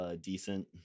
decent